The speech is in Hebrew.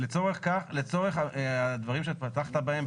לצורך הדברים שפתחת בהם,